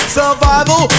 survival